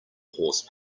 horse